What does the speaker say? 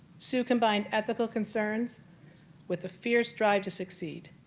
sue combined ethical concern with the fierce drive to succeed.